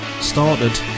started